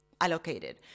allocated